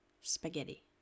spaghetti